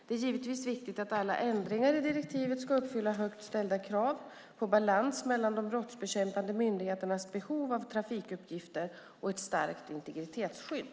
Det är givetvis viktigt att alla ändringar i direktivet ska uppfylla högt ställda krav på balans mellan de brottsbekämpande myndigheternas behov av trafikuppgifter och ett starkt integritetsskydd.